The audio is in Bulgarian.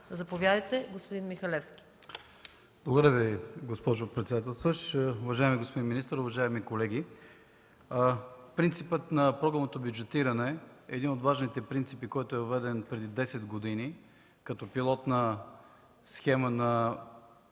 Заповядайте, господин Михалевски. ДИМЧО МИХАЛЕВСКИ (КБ): Благодаря Ви, госпожо председател. Уважаеми господин министър, уважаеми колеги! Принципът на програмното бюджетиране е един от важните принципи, който е въведен преди десет години като пилотна схема на